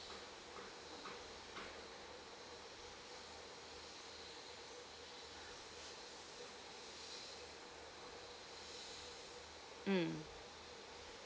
mm